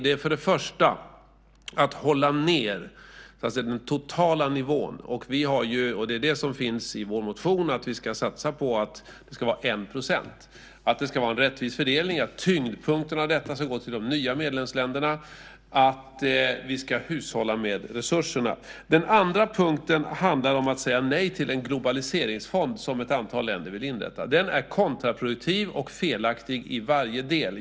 Den första punkten är att hålla nere den totala nivån. Det är också det som finns i vår motion. Vi ska satsa på att det ska vara 1 %, att det ska vara en rättvis fördelning, att merparten av detta ska gå till de nya medlemsländerna och att vi ska hushålla med resurserna. Det andra punkten handlar om att säga nej till den globaliseringsfond som ett antal länder vill inrätta. Den är kontraproduktiv och felaktig i varje del.